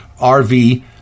RV